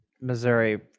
Missouri